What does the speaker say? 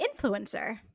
influencer